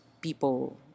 people